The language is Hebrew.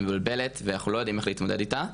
מבלבלת ואנחנו לא יודעים איך להתמודד איתה,